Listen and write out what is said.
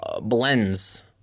blends